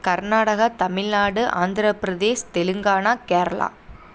Karnataka Tamil Nadu Andhra Pradesh Telangana Kerala